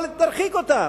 אבל תרחיק אותם.